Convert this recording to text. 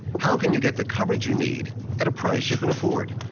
how can you get the coverage you need at a price you can afford?